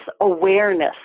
awareness